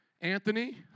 Anthony